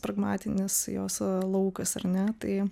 pragmatinis jos laukas ar ne tai